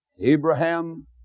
abraham